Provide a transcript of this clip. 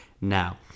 now